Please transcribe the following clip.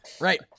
Right